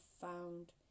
found